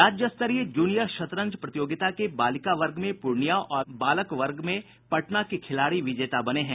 राज्य स्तरीय जूनियर शतरंज प्रतियोगिता के बालिका वर्ग में पूर्णियां और बालक वर्ग में पटना के खिलाड़ी विजेता बने हैं